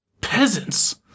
peasants